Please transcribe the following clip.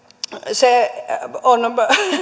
se on